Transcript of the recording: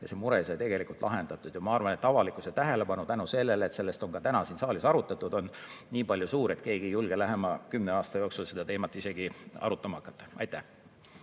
see mure sai lahendatud. Ma arvan, et avalikkuse tähelepanu tänu sellele, et seda on ka täna siin saalis arutatud, on niipalju suur, et keegi ei julge lähema kümne aasta jooksul seda teemat isegi arutama hakata. Tarmo